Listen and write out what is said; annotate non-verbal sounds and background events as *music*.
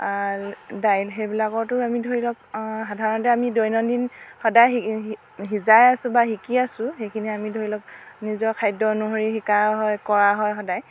*unintelligible* দাইল সেইবিলাকৰতো আমি ধৰি লওক সাধাৰণতে আমি দৈনন্দিন সদায় সিজাই আছো বা শিকি আছো সেইখিনি আমি ধৰি লওক নিজৰ খাদ্য় অনুসৰি শিকাও হয় কৰাও হয় সদায়